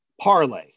parlay